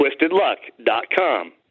twistedluck.com